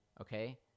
Okay